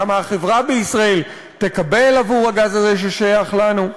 כמה החברה בישראל תקבל עבור הגז הזה ששייך לנו?